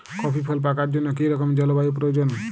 Coffee ফল পাকার জন্য কী রকম জলবায়ু প্রয়োজন?